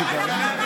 לכם,